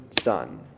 son